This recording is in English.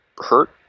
Hurt